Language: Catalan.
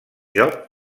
joc